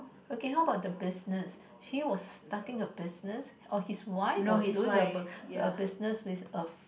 okay how about the business he was starting a business or his wife was doing a a business with a